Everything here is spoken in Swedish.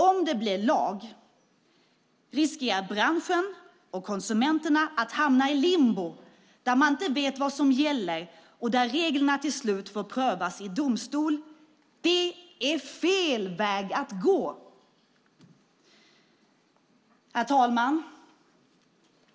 Om det blir lag riskerar branschen och konsumenterna att hamna i limbo, där man inte vet vad som gäller och där reglerna till slut får prövas i domstol. Det är fel väg att gå. Herr talman!